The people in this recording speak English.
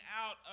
out